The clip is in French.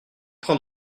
train